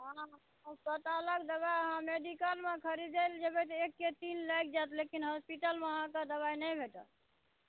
हॅं अस्पतालक दवाइ अहाँ मेडिकलमे खरीदय लए जेबै तऽ एक तीन लागि जायत लेकिन हॉस्पिटलमे अहाँकेँ दवाइ नहि भेटत